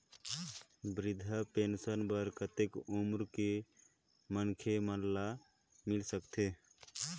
वृद्धा पेंशन बर कतेक उम्र के मनखे मन ल मिल सकथे?